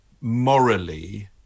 morally